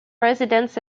residents